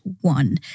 one